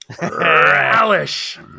Relish